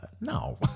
No